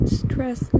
stress